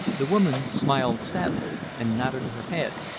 the woman smiled sadly and nodded her head,